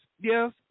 Yes